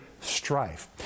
strife